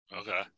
Okay